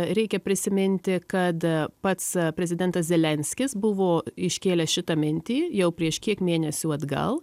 reikia prisiminti kad pats prezidentas zelenskis buvo iškėlęs šitą mintį jau prieš kiek mėnesių atgal